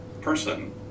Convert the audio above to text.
person